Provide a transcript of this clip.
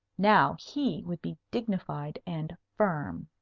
now he would be dignified and firm.